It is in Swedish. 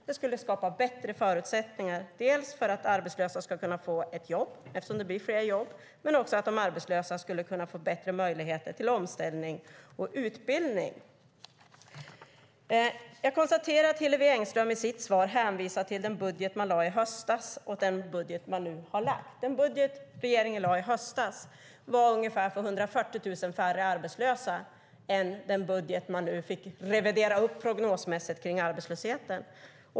Det skulle skapa bättre förutsättningar, dels för att arbetslösa ska kunna få ett jobb eftersom det blir fler jobb, dels för att de arbetslösa ska kunna få bättre möjligheter till omställning och utbildning. Jag konstaterar att Hillevi Engström i sitt svar hänvisar till den budget man lade fram i höstas och den budget man nu har lagt fram. Den budget som regeringen lade fram i höstas var för ungefär 140 000 färre arbetslösa än den budget man nu fick revidera upp prognosmässigt för arbetslösheten.